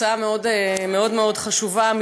הצעה מאוד מאוד חשובה,